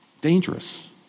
dangerous